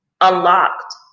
unlocked